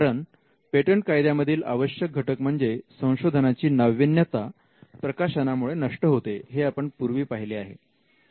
कारण पेटंट कायद्यामधील आवश्यक घटक म्हणजे संशोधनाची नाविन्यता प्रकाशना मुळे नष्ट होते हे आपण पूर्वी पाहिले आहे